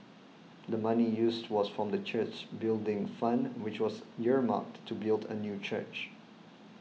the money used was from the church's Building Fund which was earmarked to build a new church